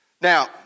Now